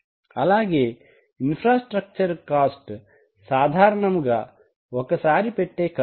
అలాగే infrastructure cost సాధారణముగా ఒక్క సారి పెట్టే ఖర్చు